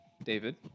David